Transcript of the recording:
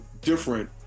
different